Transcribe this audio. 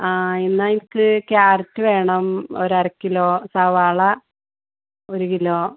ആ എന്നാൽ എനിക്ക് ക്യാരറ്റ് വേണം ഒരരക്കിലോ സവാള ഒരു കിലോ